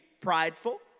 prideful